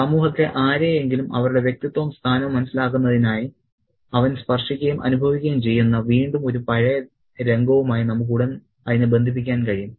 സമൂഹത്തിലെ ആരെയെങ്കിലും അവരുടെ വ്യക്തിത്വവും സ്ഥാനവും മനസ്സിലാക്കുന്നതിനായി അവൻ സ്പർശിക്കുകയും അനുഭവിക്കുകയും ചെയ്യുന്ന വീണ്ടും ഒരു പഴയ രംഗവുമായി നമുക്ക് ഉടൻ അതിനെ ബന്ധിപ്പിക്കാൻ കഴിയും